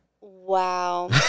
Wow